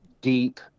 Deep